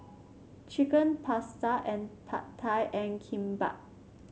Chicken Pasta and Pad Thai and Kimbap